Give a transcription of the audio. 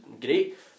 great